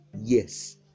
Yes